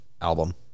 album